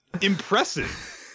impressive